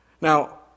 Now